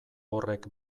horrek